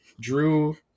drew